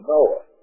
Noah